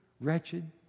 wretched